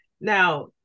Now